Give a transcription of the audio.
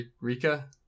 Rika